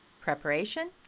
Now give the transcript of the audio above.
preparation